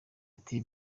ati